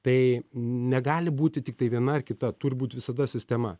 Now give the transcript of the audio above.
tai negali būti tiktai viena ar kita turi būt visada sistema